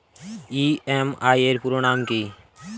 EMI এর পুরোনাম কী?